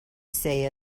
say